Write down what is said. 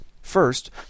First